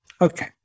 Okay